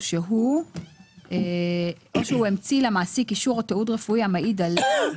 או שהוא המציא למעסיק אישור או תיעוד רפואי המעיד עליה".